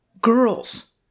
girls